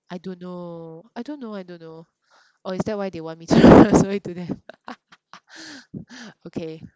I don't know I don't know I don't know or is that why they want me to transfer it to them okay